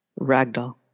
Ragdoll